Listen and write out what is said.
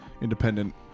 independent